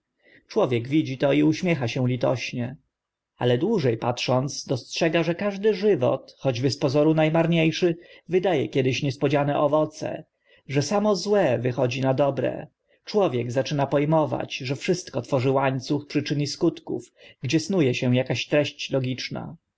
człowiek widzi to i uśmiecha się litośnie ale dłuże patrząc dostrzega że każdy żywot choćby z pozoru na marnie szy wyda e kiedyś niespodziane owoce że samo złe wychodzi na dobre człowiek zaczyna po mować że wszystko tworzy łańcuch przyczyn i skutków gdzie snu e się akaś treść logiczna